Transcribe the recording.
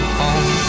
home